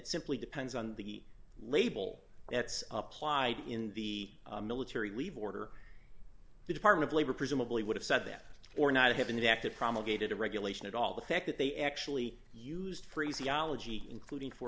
simply depends on the label that's why in the military leave order the department of labor presumably would have said that or not have an active promulgated a regulation at all the fact that they actually used phraseology including for